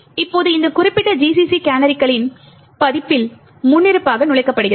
இப்போது இந்த குறிப்பிட்ட GCC கேனரிகளின் பதிப்பில் முன்னிருப்பாக நுழைக்கப்படுகிறது